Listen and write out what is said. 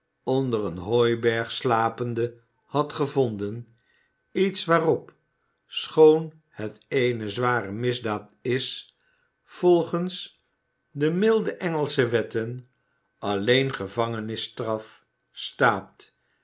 onder een hooiberg slapende had gevonden iets waarop schoon het eene zware misdaad is volgens de mi de engelsche wetten alleen gevangenisstraf staat